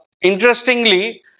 interestingly